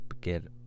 get